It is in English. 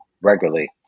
regularly